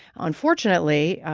unfortunately,